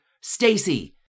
Stacy